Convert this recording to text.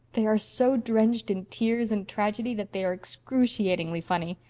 they are so drenched in tears and tragedy that they are excruciatingly funny.